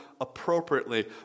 appropriately